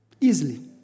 Easily